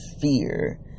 fear